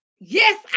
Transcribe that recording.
Yes